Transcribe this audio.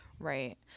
Right